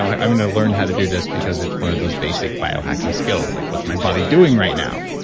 i'm going to learn how to do this because it's one of those basic biohacking skills. like what's my body doing right now?